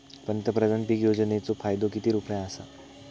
पंतप्रधान पीक योजनेचो फायदो किती रुपये आसा?